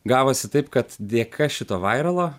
gavosi taip kad dėka šito vairalo